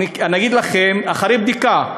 אגיד לכם, אחרי בדיקה,